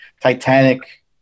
Titanic